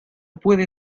puede